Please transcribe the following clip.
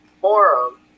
forum